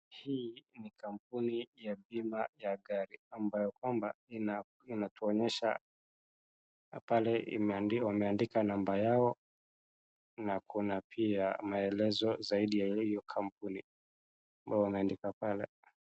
Hii ni kampuni ya bima ya gari ambayo kwamba inatuonyesha pale imeandika namba yao na kuna pia maelezo zaidi ya hiyo kampuni. Wanaandika pale.